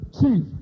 chief